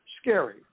scary